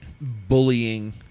bullying